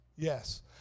Yes